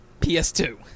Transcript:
PS2